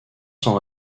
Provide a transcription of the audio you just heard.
sans